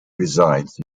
resides